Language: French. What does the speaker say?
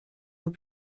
ans